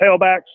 tailbacks